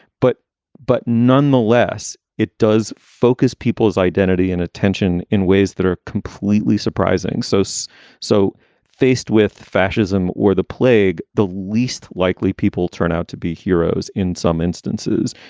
but but nonetheless, it does focus people's identity and attention in ways that are completely surprising. so so. so faced with fascism or the plague, the least likely people turn out to be heroes in some instances.